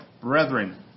Brethren